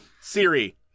Siri